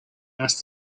asked